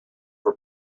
were